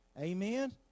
Amen